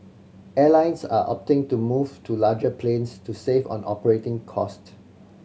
airlines are opting to move to larger planes to save on operating cost